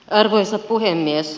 arvoisa puhemies